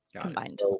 combined